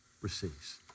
receives